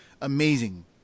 amazing